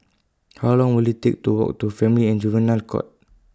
How Long Will IT Take to Walk to Family and Juvenile Court